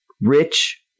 Rich